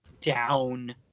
down